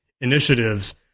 initiatives